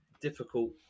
difficult